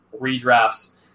redrafts